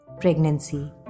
pregnancy